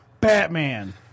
Batman